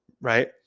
right